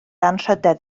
anrhydedd